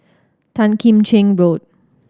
Tan Kim Cheng Road